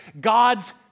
God's